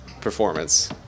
performance